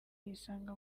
yisanga